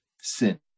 sin